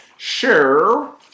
Sure